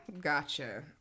Gotcha